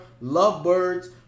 Lovebirds